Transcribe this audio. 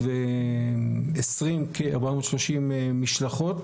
כ-430 משלחות,